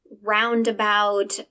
roundabout